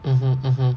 mmhmm mmhmm